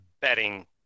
betting